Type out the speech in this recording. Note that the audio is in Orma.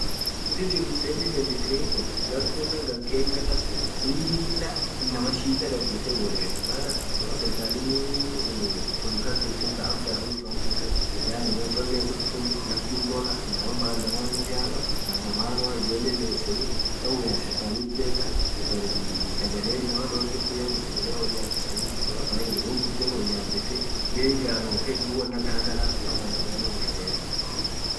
Elfu lamaa ilamaa sadhii khun gahn kunen kenya kass Lilah Inaaman shida dharghetee worere maana serkalinen thun kasjithun rutoa tunen won cholee hindhuftuni laftin bonna inamaan madhamamunu mayaa maadhamanoa ijolee leseni kawen serikalith bhekha garii sagale inadhorghethi yaani sagale oll yabisen maaan yedhn won ghudha yabhethe bei ghalomth won akhanathanf maaadhamanon dhufti